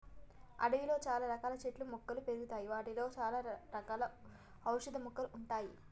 అడవిలో చాల రకాల చెట్లు మొక్కలు పెరుగుతాయి వాటిలో చాల రకాల ఔషధ మొక్కలు ఉంటాయి